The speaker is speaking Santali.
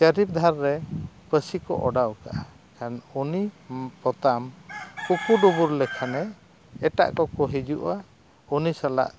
ᱪᱟᱹᱨᱤ ᱫᱷᱟᱨ ᱨᱮ ᱯᱟᱹᱥᱤ ᱠᱚ ᱚᱰᱟᱣ ᱠᱟᱜᱼᱟ ᱠᱷᱟᱱ ᱩᱱᱤ ᱯᱚᱛᱟᱢ ᱠᱩᱠᱩᱼᱰᱩᱵᱩᱨ ᱞᱮᱠᱷᱟᱱᱮ ᱮᱴᱟᱜ ᱠᱚᱠᱚ ᱦᱤᱡᱩᱜᱼᱟ ᱩᱱᱤ ᱥᱟᱞᱟᱜ